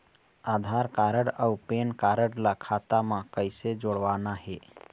आधार card अऊ PAN card ला खाता म कइसे जोड़वाना हे?